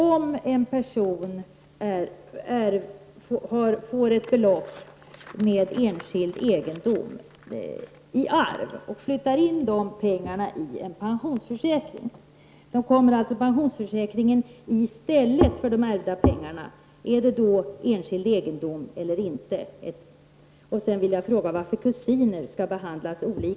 Om en person får ett belopp med enskild egendom i arv och flyttar in de pengarna i en pensionsförsäkring, pensionsförsäkringen kommer i arvets ställe: Är det då att betrakta som enskild egendom eller inte? Sedan vill jag fråga varför kusiner skall behandlas olika.